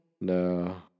No